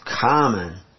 common